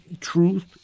truth